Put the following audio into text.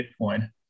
bitcoin